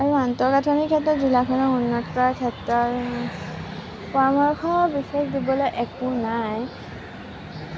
আৰু আন্তঃগাঠনিৰ ক্ষেত্ৰত জিলাখনক উন্নত কৰাৰ ক্ষেত্ৰত পৰামৰ্শ বিশেষ দিবলৈ একো নাই